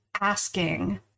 asking